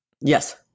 Yes